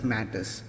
Matters